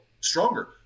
stronger